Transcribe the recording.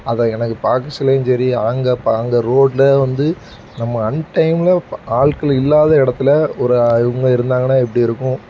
அதை எனக்கு பார்க்க சொல்லேயும் சரி அங்கே ப அங்கே ரோட்டில் வந்து நம்ம அன்டைமில் பா ஆட்கள் இல்லாத இடத்துல ஒரு இவங்க இருந்தாங்கன்னா எப்படி இருக்கும்